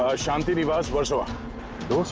shanti nivas, versova.